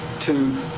to